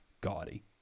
gaudy